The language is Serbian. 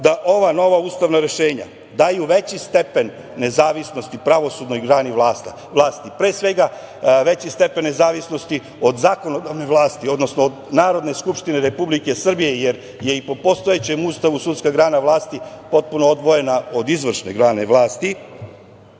da ova nova ustavna rešenja daju veći stepen nezavisnosti pravosudnoj grani vlasti, pre svega veći stepen nezavisnosti od zakonodavne vlasti, odnosno od Narodne skupštine Republike Srbije jer je i po postojećem Ustavu sudska grana vlasti potpuno odvojena od izvršne grane vlasti